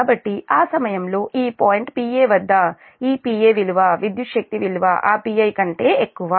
కాబట్టి ఆ సమయంలో ఈ పాయింట్ Pa వద్ద ఈ Pa విలువ విద్యుత్ శక్తి విలువ ఆ Pi కంటే ఎక్కువ